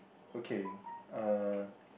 okay uh